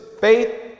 faith